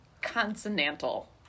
consonantal